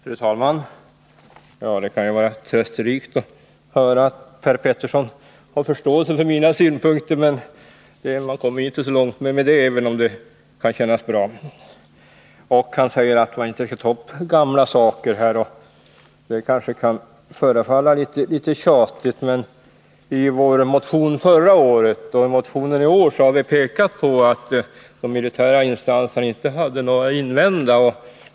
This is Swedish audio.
Fru talman! Det kan ju vara trösterikt att höra att Per Petersson har förståelse för mina synpunkter, men man kommer ju inte så långt med det, även om det kan kännas bra. Per Petersson säger att man inte skall ta upp gamla saker. Det kanske kan förefalla litet tjatigt, men vi har i vår motion förra året och i motionen i år pekat på att de militära instanserna inte haft någonting att invända.